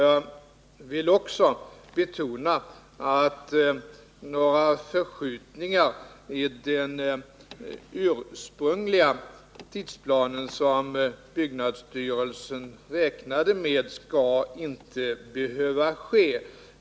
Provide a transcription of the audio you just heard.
Jag vill också betona att några förskjutningar i den ursprungliga tidsplan som byggnadsstyrelsen räknade med inte skall behöva ske.